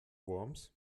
worms